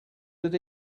that